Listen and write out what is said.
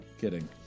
Kidding